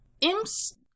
imps